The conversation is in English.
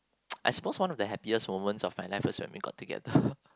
I suppose one of the happiest moments of my life is when we got together